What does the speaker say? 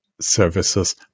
services